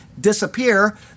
disappear